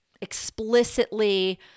explicitly